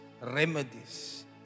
remedies